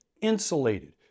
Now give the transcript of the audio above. insulated